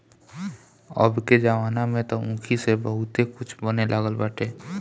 अबके जमाना में तअ ऊखी से बहुते कुछ बने लागल बाटे